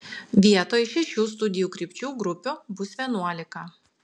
vietoj šešių studijų krypčių grupių bus vienuolika